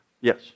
Yes